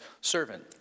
servant